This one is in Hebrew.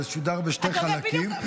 זה ישודר בשני חלקים.